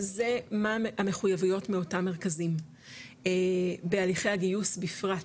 זה מה המחויבויות מאותם מרכזים בהליכי הגיוס בפרט,